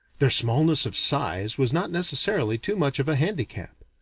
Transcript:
their smallness of size was not necessarily too much of a handicap.